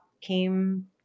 came